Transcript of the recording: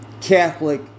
Catholic